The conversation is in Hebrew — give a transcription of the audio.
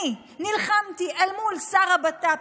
אני נלחמתי אל מול שר הבט"פ,